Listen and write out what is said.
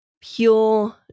pure